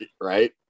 Right